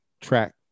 track